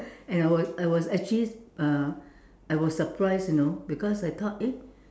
and I was I was actually uh I was surprised you know because I thought eh